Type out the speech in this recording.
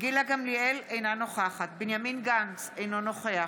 גילה גמליאל, אינה נוכחת בנימין גנץ, אינו נוכח